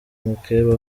mukeba